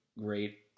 great